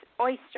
Oyster